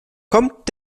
kommt